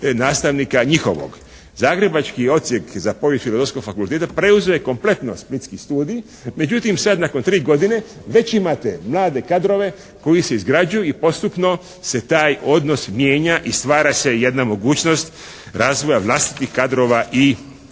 nastavnika njihovog. Zagrebački odsjek za povijest Filozofskog fakulteta preuzeo je kompletno splitski studij, međutim sada nakon tri godine već imate mlade kadrove koji se izgrađuju i postupno se taj odnos mijenja i stvara se jedna mogućnost razvoja vlastitih kadrova i